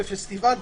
בפסטיבל,